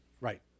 Right